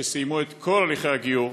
שסיימו את כל הליכי הגיור